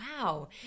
Wow